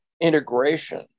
integration